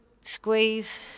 squeeze